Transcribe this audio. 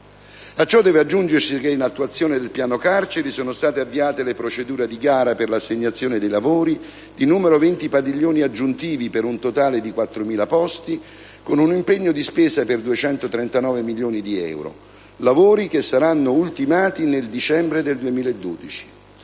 A ciò deve aggiungersi che, in attuazione del piano carceri, sono state avviate le procedure di gara per l'assegnazione dei lavori di 20 padiglioni aggiuntivi, per un totale di 4000 posti, con un impegno di spesa per 239 milioni di euro, lavori che saranno ultimati nel dicembre 2012.